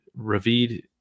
Ravid